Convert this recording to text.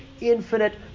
infinite